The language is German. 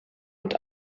und